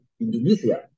Indonesia